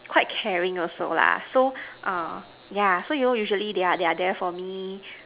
quite caring also lah so um yeah so you know usually they are they are there for me